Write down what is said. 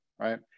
right